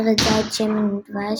ארץ זית שמן ודבש,